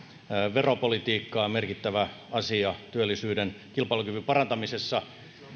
veropolitiikka on merkittävä asia työllisyyden kilpailukyvyn parantamisessa iso